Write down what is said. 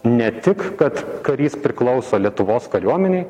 ne tik kad karys priklauso lietuvos kariuomenei